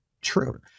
true